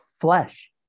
flesh